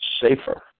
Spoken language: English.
safer